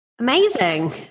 Amazing